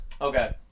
Okay